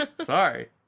sorry